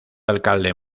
alcalde